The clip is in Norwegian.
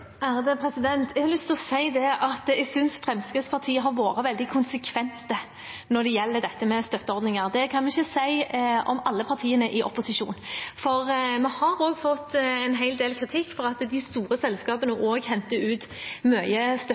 Jeg har lyst til å si at jeg synes Fremskrittspartiet har vært veldig konsekvente når det gjelder dette med støtteordninger. Det kan man ikke si om alle partiene i opposisjonen. Vi har fått en hel del kritikk for at de store selskapene også henter ut mye støtte